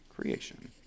creation